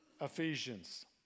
Ephesians